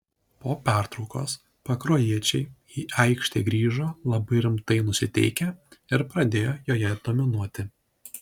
po pertraukos pakruojiečiai į aikštę grįžo labai rimtai nusiteikę ir pradėjo joje dominuoti